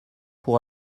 pour